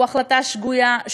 הוא החלטה שגויה,